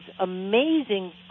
amazing